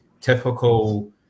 typical